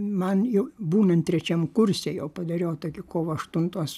man jau būnant trečiam kurse jau padariau tokį kovo aštuntos